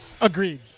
Agreed